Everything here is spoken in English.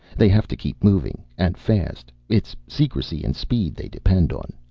they have to keep moving, and fast. it's secrecy and speed they depend on.